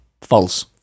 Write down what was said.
False